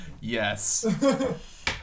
Yes